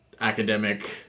academic